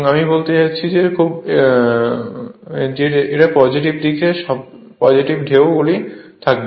আমি বলতে চাচ্ছি খুব আমি বলতে চাচ্ছি এটা পজিটিভ দিক সব ঢেউ পজেটিভ দিক হবে